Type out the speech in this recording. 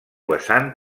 vessant